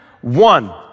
One